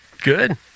Good